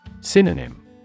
Synonym